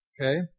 Okay